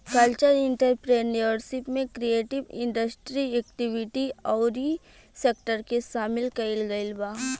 cultural entrepreneurship में creative industry activity अउरी sector के सामिल कईल गईल बा